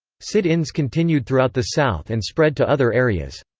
sit-ins continued throughout the south and spread to other areas.